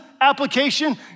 application